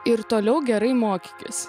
ir toliau gerai mokykis